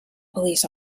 police